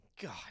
God